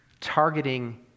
targeting